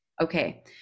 Okay